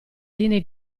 linee